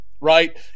right